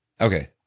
Okay